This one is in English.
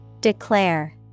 Declare